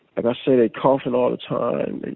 and i say they coughin' all the time.